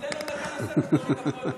תן לו דקה נוספת להוריד את הפודיום.